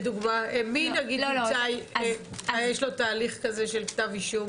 מי יש לו תהליך כזה של כתב אישום?